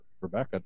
Rebecca